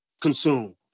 consume